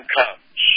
comes